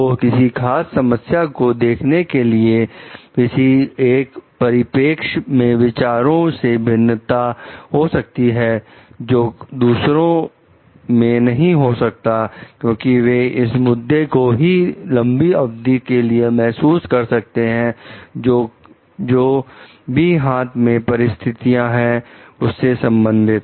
तो किसी खास समस्या को देखने के लिए किसी एक परिपेक्ष में विचारों में भिन्नता हो सकती है जो दूसरों में नहीं हो सकता है क्योंकि वे इस मुद्दे को हो लंबी अवधि के लिए महसूस कर सकते हैं जो जो भी हाथ में परिस्थितियां हैं उससे संबंधित